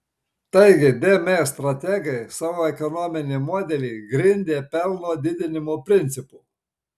taigi dm strategai savo ekonominį modelį grindė pelno didinimo principu